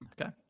Okay